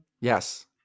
Yes